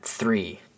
Three